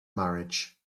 marriage